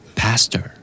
pastor